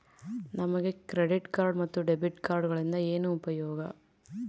ನಮಗೆ credit card ಮತ್ತು debit ಕಾರ್ಡುಗಳಿಂದ ಏನು ಉಪಯೋಗ?